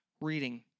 Reading